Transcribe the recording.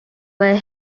where